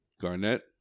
Garnett